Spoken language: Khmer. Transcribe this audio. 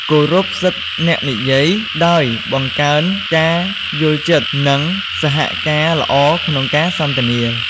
គោរពសិទ្ធិអ្នកនិយាយ ដោយបង្កើនការយល់ចិត្ត និងសហការល្អក្នុងការសន្ទនា។